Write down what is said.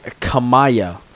Kamaya